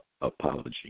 apology